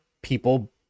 people